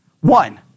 One